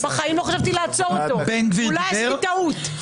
בחיים לא חשבתי לעצור אותו, אולי עשיתי טעות.